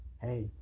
Hey